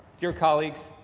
your colleagues,